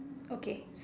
okay